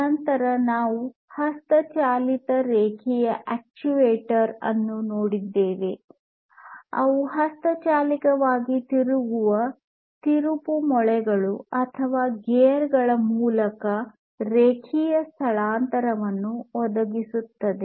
ನಂತರ ನಾವು ಹಸ್ತಚಾಲಿತ ರೇಖೀಯ ಅಕ್ಚುಯೇಟರ್ ಅನ್ನು ಹೊಂದಿದ್ದೇವೆ ಅದು ಹಸ್ತಚಾಲಿತವಾಗಿ ತಿರುಗುವ ತಿರುಪುಮೊಳೆಗಳು ಅಥವಾ ಗೇರ್ಗಳ ಮೂಲಕ ರೇಖೀಯ ಸ್ಥಳಾಂತರವನ್ನು ಒದಗಿಸುತ್ತದೆ